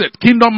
kingdom